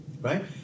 Right